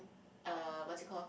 uh what's it called